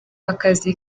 akazi